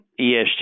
ESG